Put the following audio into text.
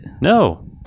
No